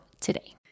today